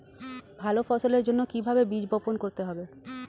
ভালো ফসলের জন্য কিভাবে বীজ বপন করতে হবে?